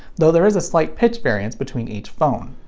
though there is a slight pitch variance between each phone.